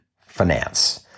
finance